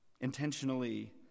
Intentionally